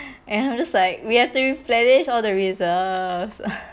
and I'm just like we're to replenish all the reserves